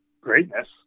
greatness